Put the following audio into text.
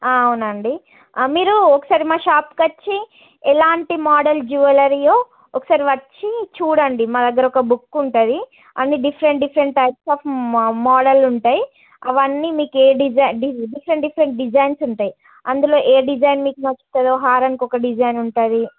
అవునండి మీరు ఒకసారి మా షాప్కు వచ్చి ఎలాంటి మోడల్ జ్యువెలరీయో ఒకసారి వచ్చి చూడండి మాదగ్గర ఒక బుక్ ఉంటుంది అన్ని డిఫరెంట్ డిఫరెంట్ టైప్స్ ఆఫ్ మో మోడల్ ఉంటాయి అవన్నీ మీకు ఏ డిజైన్ డిఫరెంట్ డిఫరెంట్ డిజైన్స్ ఉంటాయి అందులో ఏ డిజైన్ మీకు నచ్చుతుందో హారంకి ఒక డిజైన్ ఉంటుంది